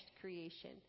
creation